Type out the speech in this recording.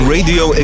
Radio